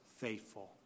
faithful